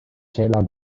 taylor